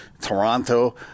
Toronto